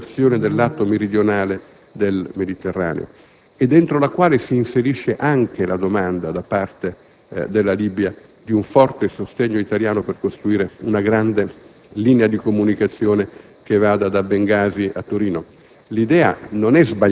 dell'infrastrutturazione del lato meridionale del Mediterraneo, all'interno della quale si inserisce anche la domanda da parte della Libia di un forte sostegno italiano per costruire una grande linea di comunicazione, che vada da Bengasi a Torino.